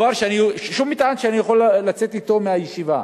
שום דבר, שום מטען שאני יכול לצאת אתו מהישיבה.